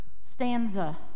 stanza